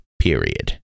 period